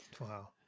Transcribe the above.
Wow